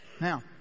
Now